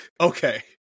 Okay